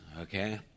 Okay